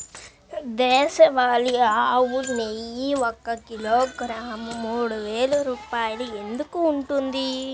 దేశవాళీ ఆవు నెయ్యి ఒక కిలోగ్రాము మూడు వేలు రూపాయలు ఎందుకు ఉంటుంది?